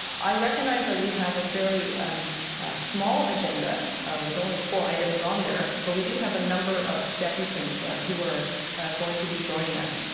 i recognize that ah we have a fairly um small agenda with only four items on there but we do have a number of deputants who are going to be joining us.